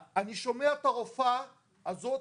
אני שומע את הרופאה הזאת,